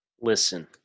Listen